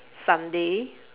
sunday